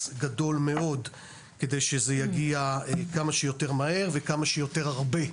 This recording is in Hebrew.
גדול מאוד כדי שזה יגיע כמה שיותר מהר וכמה שיותר הרבה.